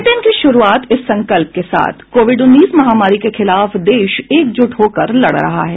bulletin की शुरूआत इस संकल्प के साथ कोविड उन्नीस महामारी के खिलाफ देश एकजुट होकर लड़ रहा है